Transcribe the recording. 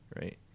right